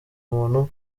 umuntu